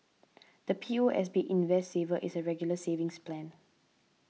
the P O S B Invest Saver is a Regular Savings Plan